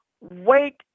wait